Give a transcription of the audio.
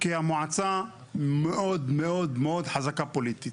כי המועצה מאוד חזקה פוליטית.